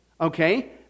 okay